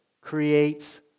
creates